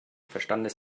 verstandes